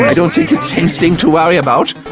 don't think it's anything to worry about.